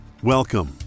Welcome